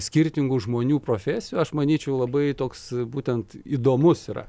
skirtingų žmonių profesijų aš manyčiau labai toks būtent įdomus yra